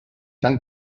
tan